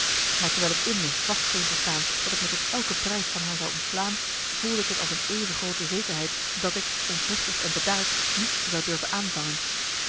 maar terwijl t in me vast scheen te staan dat ik me tot elke prijs van haar zou ontslaan voelde ik t als een even groote zekerheid dat ik ontnuchterd en bedaard niets zou durven aanvangen